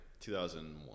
2001